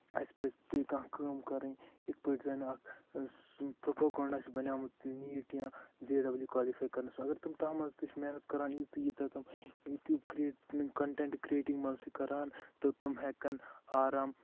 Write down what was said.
اَسہِ پَزِ بیٚیہِ کانٛہہ کٲم کَرٕنۍ یِتھ پٲٹھۍ زَن اکھ پروپوگنڈا چھُ بَنیومُت نیٖٹ یا جے ڈَبَل ای کالِفاے کَرنَس اَگر تم تَتھ منٛز تہِ چھِ محنت کران ییٖژ یوٗتاہ تِم یوٗٹوٗب کریٹ کَنٹینٹ کریٹِنگ منٛز چھِ کران تہٕ تٕم ہٮ۪کَن آرام